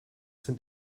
sind